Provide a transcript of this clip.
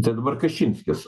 tai dabar kačinskis